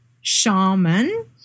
shaman